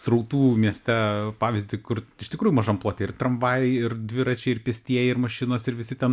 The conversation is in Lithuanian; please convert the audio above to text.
srautų mieste pavyzdį kur iš tikrųjų mažam plote ir tramvajai ir dviračiai ir pėstieji ir mašinos ir visi ten